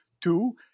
Two